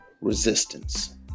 resistance